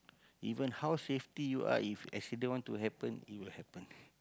even how safety you are if accident want to happen it will happen